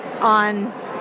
on